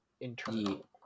internal